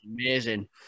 Amazing